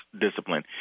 discipline